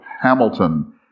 Hamilton